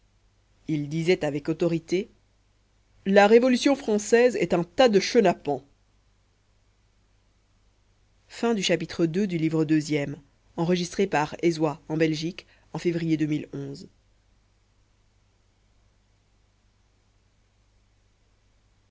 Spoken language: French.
il disait avec autorité la révolution française est un tas de chenapans